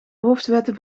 hoofdwetten